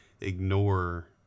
ignore